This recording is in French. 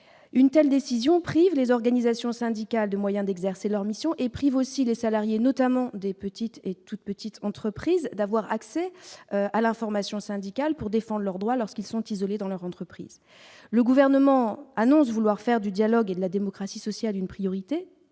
une telle décision prive les organisations syndicales de moyens d'exercer leur mission et prive aussi les salariés, notamment des petites, les toutes petites entreprises d'avoir accès à la formation syndicale pour défendent leurs droits lorsqu'ils sont isolés dans leur entreprise, le gouvernement annonce vouloir faire du dialogue et de la démocratie sociale une priorité